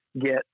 get